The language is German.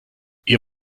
ihr